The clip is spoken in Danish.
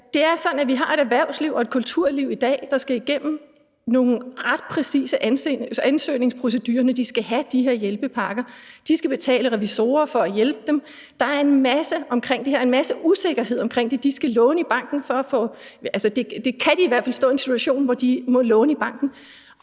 vi har et erhvervsliv og et kulturliv i dag, der skal igennem nogle ret præcise ansøgningsprocedurer, når de skal have de her hjælpepakker. De skal betale revisorer for at hjælpe dem; der er en masse omkring det her og en masse usikkerhed omkring det. De skal låne i banken, eller de kan i hvert fald stå i en situation, hvor de må låne i banken.